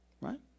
Right